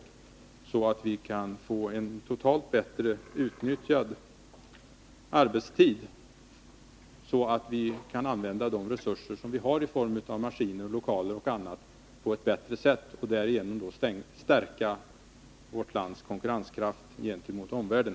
Därigenom bör vi kunna få ett bättre utnyttjande totalt av arbetstiden och av de resurser vi har i form av maskiner, lokaler och annat på ett bättre sätt. På så vis kan vi stärka vårt lands konkurrenskraft gentemot omvärlden.